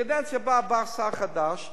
בקדנציה הבאה בא שר חדש,